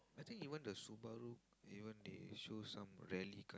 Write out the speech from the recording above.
I think even the Subaru even they show some rarely